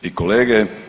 i kolege.